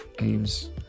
aims